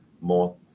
more